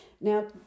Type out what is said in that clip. Now